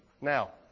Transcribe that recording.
Now